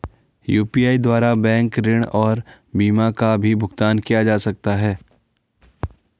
UPI द्वारा bank ऋण और बीमा का भी भुगतान किया जा सकता है?